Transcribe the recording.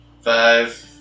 five